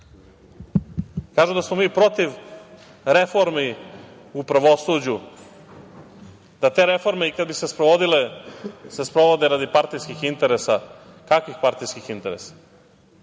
da smo mi protiv reformi u pravosuđu, da te reforme, i kada bi se sprovodile, se sprovode radi partijskih interesa. Kakvih partijskih interesa?